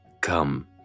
come